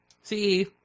See